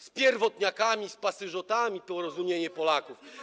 Z pierwotniakami, z pasożytami porozumienie Polaków.